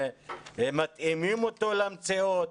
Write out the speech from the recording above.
מתאימים אותו למציאות.